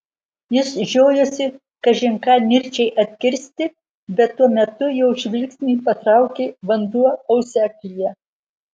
jis žiojosi kažin ką nirčiai atkirsti bet tuo metu jo žvilgsnį patraukė vanduo auseklyje